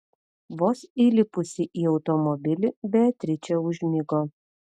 vos įlipusi į automobilį beatričė užmigo